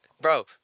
bro